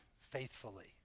faithfully